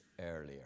earlier